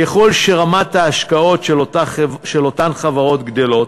ככל שרמת ההשקעות של אותן חברות גדלה,